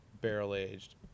barrel-aged